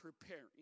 preparing